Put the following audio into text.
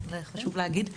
חשוב להגיד,